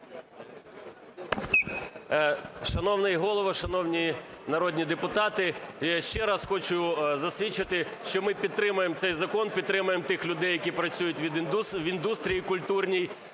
Шановний Голово, шановні народні депутати! Я ще раз хочу засвідчити, що ми підтримуємо цей закон, підтримуємо тих людей, які працюють в індустрії культурній,